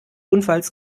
unfalls